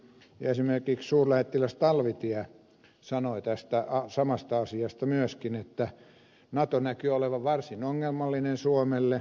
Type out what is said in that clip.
esimerkiksi suurlähettiläs talvitie sanoi tästä samasta asiasta myöskin että nato näkyy olevan varsin ongelmallinen suomelle